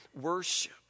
worship